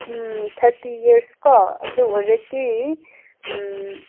ꯎꯝ thirty year ꯀꯣ ꯑꯗꯨ ꯑꯣꯏꯔꯗꯤ ꯎꯝ